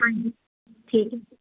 ਹਾਂਜੀ ਠੀਕ ਆ